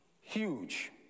Huge